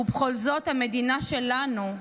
ובכל זאת המדינה שלנו,